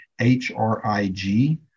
H-R-I-G